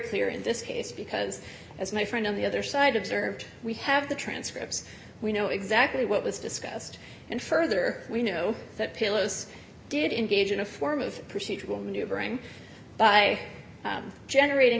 clear in this case because as my friend on the other side observed we have the transcripts we know exactly what was discussed and further we know that pillows did in gaijin a form of procedural maneuvering by generating